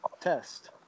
test